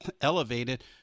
elevated